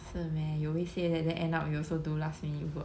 是 meh you always say that then end up you also do last minute work